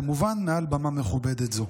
כמובן מעל במה מכובדת זו,